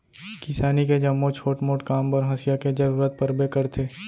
किसानी के जम्मो छोट मोट काम बर हँसिया के जरूरत परबे करथे